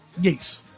yes